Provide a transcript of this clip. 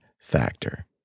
factor